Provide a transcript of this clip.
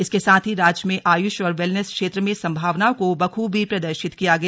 इसके साथ ही राज्य में आयुष और वेलनेस क्षेत्र में संभावनाओं को बखूबी प्रदर्शित किया गया